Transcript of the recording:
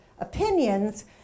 opinions